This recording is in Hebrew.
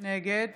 נגד